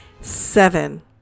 seven